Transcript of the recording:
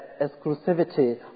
exclusivity